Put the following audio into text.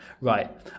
Right